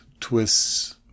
twists